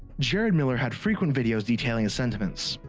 jerad miller had frequent videos detailing his sentiments,